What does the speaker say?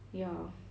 ya